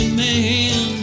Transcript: man